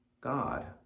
God